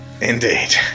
Indeed